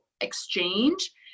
exchange